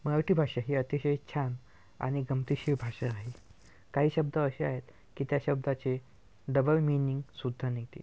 मराठी भाषा ही अतिशय छान आणि गमतीशीर भाषा आहे काही शब्द असे आहेत की त्या शब्दाचे डबल मीनिंगसुद्धा निघते